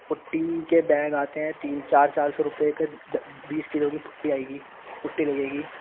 پٹی کے بیگ آتے ہیں تین چار چار سو روپئے کے بیس کلو کی پٹی آئے گی پٹی لگے گی